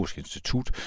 institut